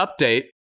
update